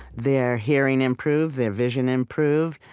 their hearing improved, their vision improved,